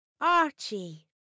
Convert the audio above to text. Archie